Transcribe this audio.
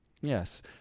Yes